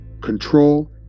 control